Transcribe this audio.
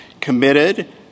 committed